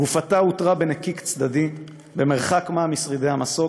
גופתה אותרה בנקיק צדדי במרחק-מה משרידי המסוק,